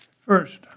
First